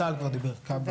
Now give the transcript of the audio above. צה"ל כבר דיבר, כב"ה.